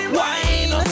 wine